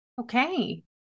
Okay